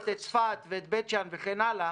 -- ובהמשך צריך לעשות את צפת ואת בית שאן וכן הלאה,